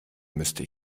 müsste